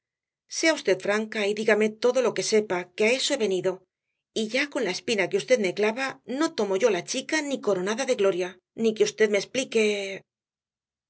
sea v franca y dígame todo lo que sepa que á eso he venido y ya con la espina que v me clava no tomo yo la chica ni coronada de gloria sin que v me explique